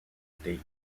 state